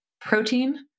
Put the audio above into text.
protein